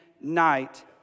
night